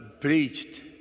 preached